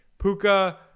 puka